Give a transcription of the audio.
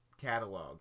catalog